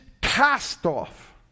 cast-off